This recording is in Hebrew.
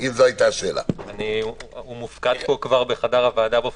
שקשורות להגבלת פעילות והוראות